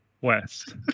West